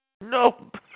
Nope